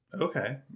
Okay